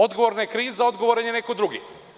Odgovorna je kriza, odgovoran je neko drugi.